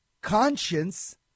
conscience